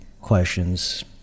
Questions